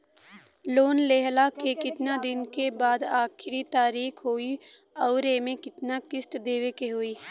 Loan लेहला के कितना दिन के बाद आखिर तारीख होई अउर एमे कितना किस्त देवे के होई?